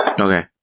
Okay